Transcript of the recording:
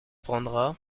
prendras